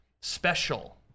special